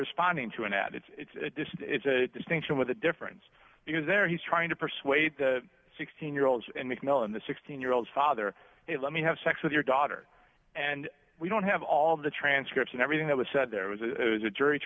responding to an ad it's this it's a distinction with a difference because there he's trying to persuade the sixteen year olds and mcmillan the sixteen year old father is let me have sex with your daughter and we don't have all of the transcripts and everything that was said there was it was a jury